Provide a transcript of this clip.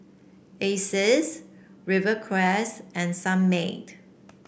Asics Rivercrest and Sunmaid